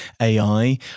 AI